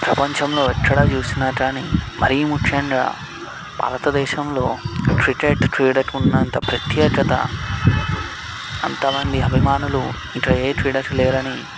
ప్రపంచంలో ఎక్కడ చూసినా కానీ మరి ముఖ్యంగా భారతదేశంలోక్రికెట్ క్రీడకి ఉన్నంత ప్రత్యేకత అంత మంది అభిమానులు ఇంకా ఏ క్రీడకు లేరని